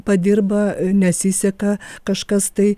padirba nesiseka kažkas tai